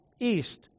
east